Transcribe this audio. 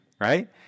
right